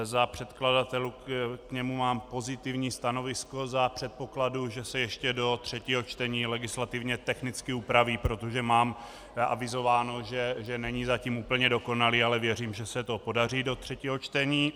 Za předkladatele k němu mám pozitivní stanovisko za předpokladu, že se ještě do třetího čtení legislativně technicky upraví, protože mám avizováno, že není zatím úplně dokonalý, ale věřím, že se to podaří do třetího čtení.